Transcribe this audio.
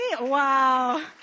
Wow